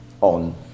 on